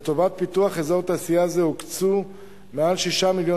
לטובת פיתוח אזור תעשייה זה הוקצו מעל 6 מיליון